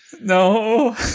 No